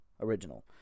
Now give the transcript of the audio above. original